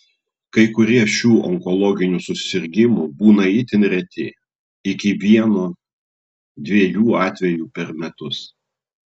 kai kurie šių onkologinių susirgimų būna itin reti iki vieno dviejų atvejų per metus